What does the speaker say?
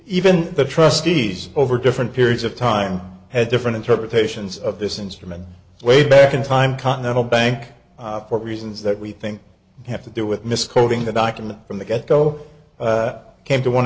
even the trustees over different periods of time had different interpretations of this instrument way back in time continental bank for reasons that we think have to do with misquoting the doc in the from the get go came to one